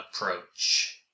approach